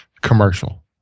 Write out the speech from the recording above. commercial